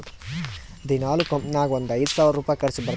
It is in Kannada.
ದಿನಾಲೂ ಕಂಪನಿ ನಾಗ್ ಒಂದ್ ಐಯ್ದ ಸಾವಿರ್ ರುಪಾಯಿ ಖರ್ಚಾ ಬರ್ತುದ್